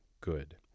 good